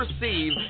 receive